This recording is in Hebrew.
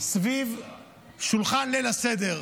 סביב שולחן ליל הסדר.